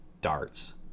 darts